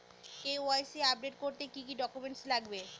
KYC update করতে কি কি ডকুমেন্টস লাগবে?